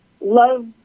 love